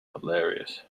hilarious